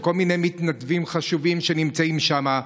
של כל מיני מתנדבים חשובים שנמצאים שם.